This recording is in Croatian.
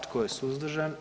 Tko je suzdržan?